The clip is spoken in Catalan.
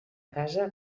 casa